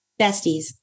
Besties